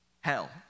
Hell